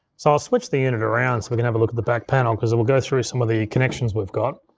so i'll switch the unit around so we can have a look at the back panel, cause i will go through some of the connections we've got.